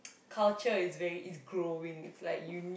culture is very is growing is like you need